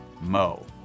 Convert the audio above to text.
mo